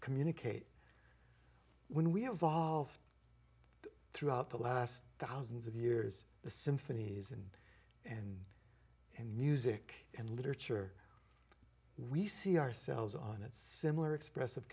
communicate when we have all of throughout the last thousands of years the symphonies and and and music and literature we see ourselves on it's similar expressive